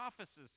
offices